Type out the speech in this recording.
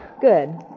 Good